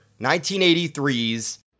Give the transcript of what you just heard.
1983's